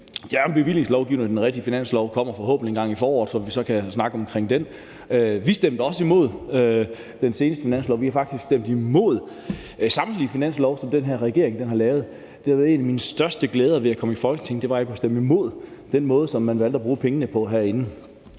er jo et bevillingslovforslag, og det rigtige finanslovsforslag kommer forhåbentlig engang til foråret, hvor vi så kan snakke om det. Vi stemte også imod det seneste finanslovsforslag, og vi har faktisk stemt imod samtlige finanslovsforslag, som den her regering har fremsat. En af mine største glæder ved at komme i Folketinget var, at jeg kunne stemme imod den måde, som man valgte at bruge pengene på herinde.